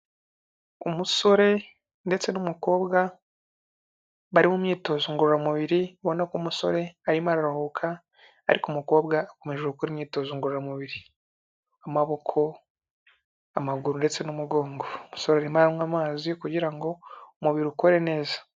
Umusore ndetse n'umukobwa bari mu myitozo ngororamubiri, ubona ko umusore arimo araruhuka ariko umukobwa akomeje gukora imyitozo ngororamubiri, amaboko, amaguru ndetse n'umugongo, umusore arimo aranywa amazi kugira ngo umubiri ukore neza.